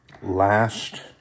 last